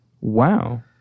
Wow